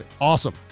awesome